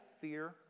fear